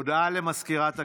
הודעה למזכירת הכנסת,